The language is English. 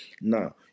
Now